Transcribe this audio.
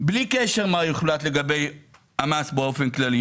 בלי קשר מה יוחלט לגבי המס באופן כללי.